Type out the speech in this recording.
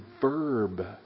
verb